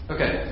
Okay